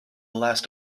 last